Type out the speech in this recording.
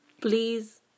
Please